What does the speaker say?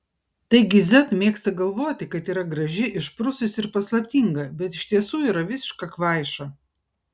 taigi z mėgsta galvoti kad yra graži išprususi ir paslaptinga bet iš tiesų yra visiška kvaiša